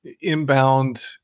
inbound